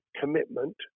commitment